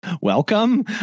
welcome